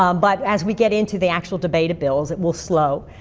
um but as we get in to the actual debate of bills, it will slow.